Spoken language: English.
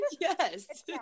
Yes